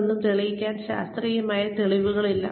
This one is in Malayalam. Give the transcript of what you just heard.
ഇതൊന്നും തെളിയിക്കാൻ ശാസ്ത്രീയ തെളിവുകളില്ല